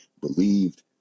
believed